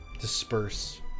disperse